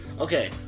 Okay